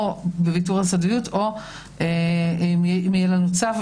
או בוויתור על סודיות או אם יהיה לנו צו,